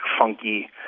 funky